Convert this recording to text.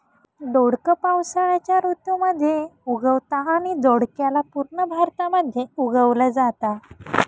दोडक पावसाळ्याच्या ऋतू मध्ये उगवतं आणि दोडक्याला पूर्ण भारतामध्ये उगवल जाता